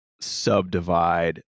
subdivide